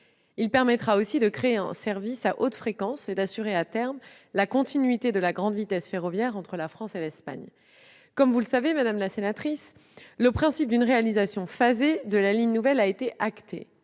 Il permettra aussi de créer un service à haute fréquence et d'assurer, à terme, la continuité de la grande vitesse ferroviaire entre la France et l'Espagne. Comme vous le savez, madame la sénatrice, le principe d'une réalisation phasée de la ligne nouvelle a été